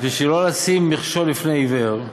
אז בשביל מה לשים מכשול בפני עיוור?